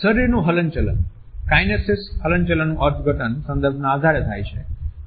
શરીરનુ હલનચલન કાઈનેસીક્સ હલનચલનનું અર્થઘટન સંદર્ભેના આધારે થાય છે